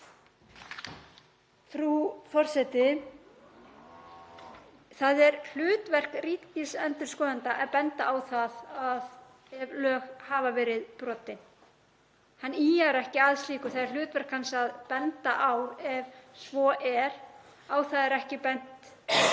Frú forseti. Það er hlutverk ríkisendurskoðanda að benda á það ef lög hafa verið brotin. Hann ýjar ekki að slíku. Það er hlutverk hans að benda á ef svo er. Á það er ekki bent í